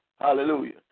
Hallelujah